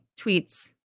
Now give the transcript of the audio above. tweets